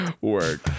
Work